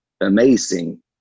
amazing